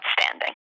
outstanding